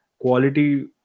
quality